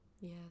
Yes